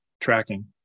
tracking